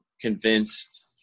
convinced